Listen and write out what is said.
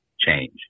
change